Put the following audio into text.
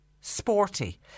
sporty